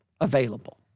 available